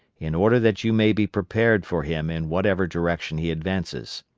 in order that you may be prepared for him in whatever direction he advances.